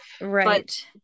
right